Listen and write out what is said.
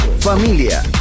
Familia